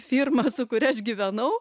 firma su kuria aš gyvenau